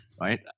right